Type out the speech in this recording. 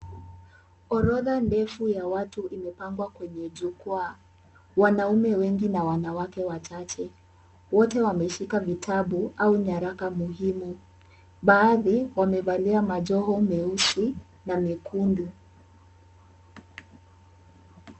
Orodha ndefu ya watu imepangwa kwenye jukwaa. Wanaume wengi na wanawake wachache. Wote wameshika vitabu au nyaraka muhimu. Baadhi wamevalia majoho meusi na mekundu.